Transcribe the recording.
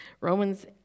Romans